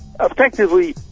effectively